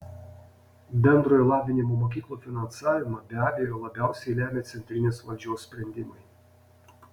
bendrojo lavinimo mokyklų finansavimą be abejo labiausiai lemia centrinės valdžios sprendimai